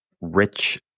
rich